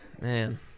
Man